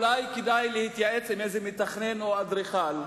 אולי כדאי להתייעץ עם איזה מתכנן או אדריכל,